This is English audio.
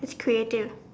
creative